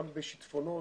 גם בשיטפונות,